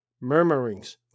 murmurings